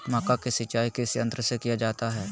मक्का की सिंचाई किस यंत्र से किया जाता है?